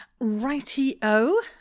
Righty-o